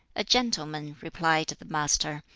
a gentleman, replied the master,